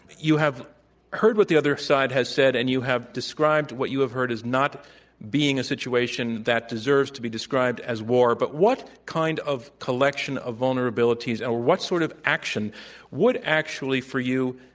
you have heard what the other side has said and you have described what you have heard as not being a situation that deserves to be described as war, but what kind of collection of vulnerabilities or what sort of action would actually be for you,